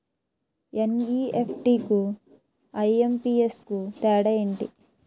NEFT కు IMPS కు తేడా ఎంటి?